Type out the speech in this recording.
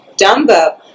Dumbo